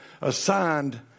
assigned